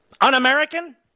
Un-American